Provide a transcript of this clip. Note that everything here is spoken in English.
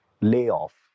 layoff